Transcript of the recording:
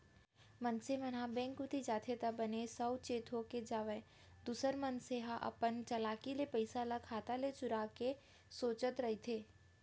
मनसे मन ह बेंक कोती जाथे त बने साउ चेत होके जावय दूसर मनसे हर अपन चलाकी ले पइसा ल खाता ले चुराय के सोचत रहिथे